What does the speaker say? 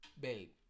babe